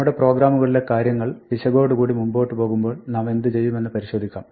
നമ്മുടെ പ്രോഗ്രാമുകളിലെ കാര്യങ്ങൾ പിശകോടുകൂടി മുമ്പോട്ട് പോകുമ്പോൾ നാമെന്ത് ചെയ്യുമെന്ന് പരിശോധിക്കാം